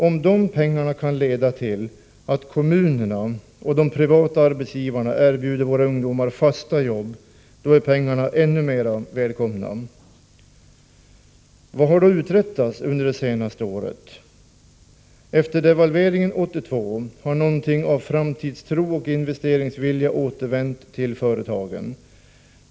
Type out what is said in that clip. Om de pengarna kan leda till att kommunen och privata arbetsgivare erbjuder våra ungdomar fasta jobb är pengarna ännu mer välkomna. Vad har då uträttats under det senaste året? Efter devalveringen 1982 har något av framtidstron och investeringsviljan återvänt till företagen.